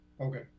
Okay